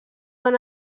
van